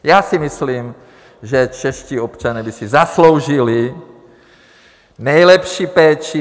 Já si myslím, že čeští občané by si zasloužili nejlepší péči.